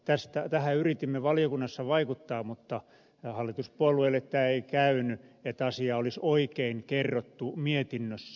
tähän yritimme valiokunnassa vaikuttaa mutta hallituspuolueille tämä ei käynyt että asia olisi oikein kerrottu mietinnössä